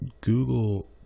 Google